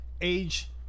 age